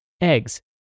eggs